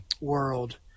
world –